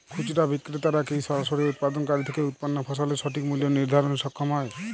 খুচরা বিক্রেতারা কী সরাসরি উৎপাদনকারী থেকে উৎপন্ন ফসলের সঠিক মূল্য নির্ধারণে সক্ষম হয়?